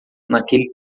naquele